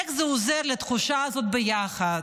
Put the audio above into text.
איך זה עוזר לתחושה הזאת של ביחד?